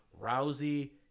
Rousey